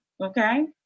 okay